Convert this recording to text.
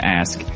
ask